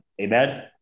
amen